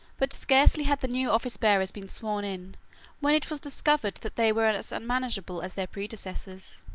but scarcely had the new officebearers been sworn in when it was discovered that they were as unmanageable as their predecessors.